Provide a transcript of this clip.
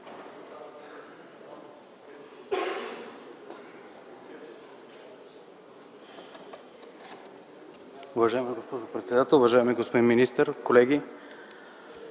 Уважаема госпожо председател, уважаеми господин министър, колеги!